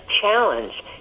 challenge